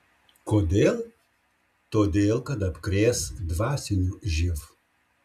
kodėl todėl kad apkrės dvasiniu živ